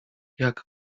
jak